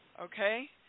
Okay